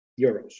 euros